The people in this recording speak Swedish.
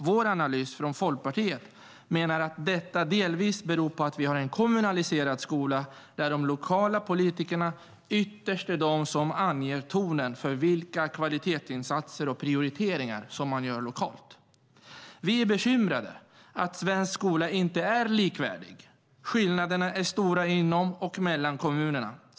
Vår analys i Folkpartiet är att detta delvis beror på att vi har en kommunaliserad skola där de lokala politikerna ytterst är de som anger tonen för vilka kvalitetsinsatser och prioriteringar man gör lokalt. Vi är bekymrade över att svensk skola inte är likvärdig. Skillnaderna är stora inom och mellan kommunerna.